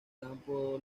campo